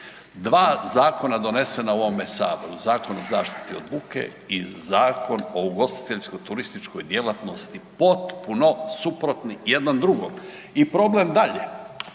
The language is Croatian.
Dva zakona donesena u ovome Saboru Zakon o zaštiti od buke i Zakon o ugostiteljsko-turističkoj djelatnosti potpuno suprotni jedno drugom i problem dalje,